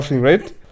right